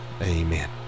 Amen